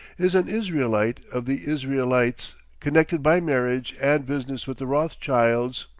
is an israelite of the israelites, connected by marriage and business with the rothschilds,